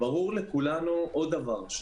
ברור לכולנו עוד דבר,